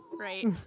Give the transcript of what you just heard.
Right